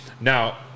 Now